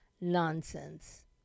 nonsense